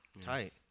tight